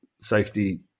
safety